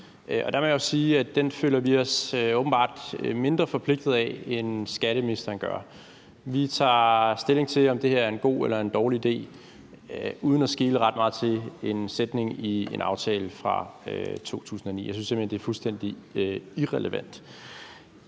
i. Der må jeg jo sige, at den føler vi os åbenbart mindre forpligtet af, end skatteministeren gør. Vi tager stilling til, om det her er en god eller en dårlig idé uden at skele ret meget til en sætning i en aftale fra 2009. Jeg synes simpelt hen, det er fuldstændig irrelevant.